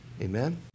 Amen